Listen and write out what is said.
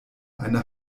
eine